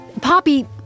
Poppy